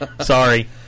Sorry